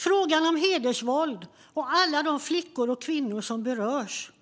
Frågan om hedersvåld och alla de flickor och kvinnor som berörs